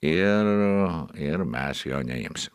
ir ir mes jo neimsim